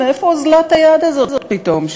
מאיפה אוזלת היד הזאת פתאום,